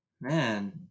man